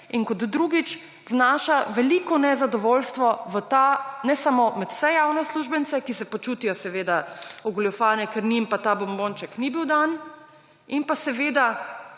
in kot drugič, vnaša veliko nezadovoljstvo v ta, ne samo med vse javne uslužbence, ki se počutijo seveda ogoljufane, ker njim pa ta bombonček ni bil dan in pa seveda,